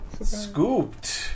Scooped